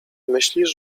myślisz